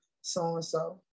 so-and-so